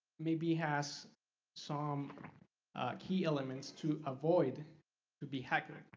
maybe has some key elements to avoid to be hacker.